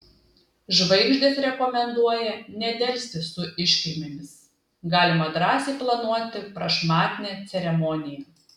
žvaigždės rekomenduoja nedelsti su iškilmėmis galima drąsiai planuoti prašmatnią ceremoniją